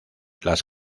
las